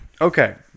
okay